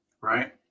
Right